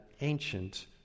ancient